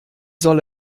soll